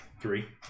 Three